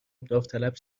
داوطلب